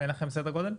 אין לכם סדר גודל?